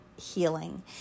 healing